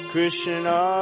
Krishna